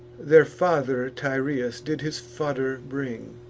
their father tyrrheus did his fodder bring,